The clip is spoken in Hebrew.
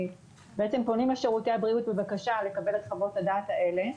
בתי המשפט בעצם פונים לשירותי הבריאות בבקשה לקבל את חוות הדעת האלה.